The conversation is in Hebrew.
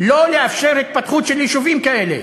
לא לאפשר התפתחות של יישובים כאלה.